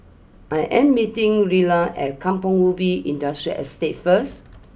I am meeting Rilla at Kampong Ubi Industrial Estate first